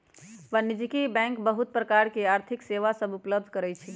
वाणिज्यिक बैंक बहुत प्रकार के आर्थिक सेवा सभ उपलब्ध करइ छै